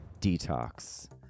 Detox